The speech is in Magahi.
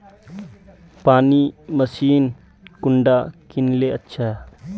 पानी मशीन कुंडा किनले अच्छा?